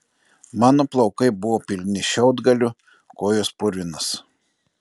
mano plaukai buvo pilni šiaudgalių kojos purvinos